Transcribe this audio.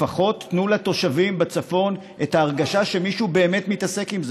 לפחות תנו לתושבים בצפון את ההרגשה שמישהו באמת מתעסק עם זה,